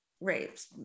rapes